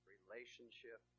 Relationship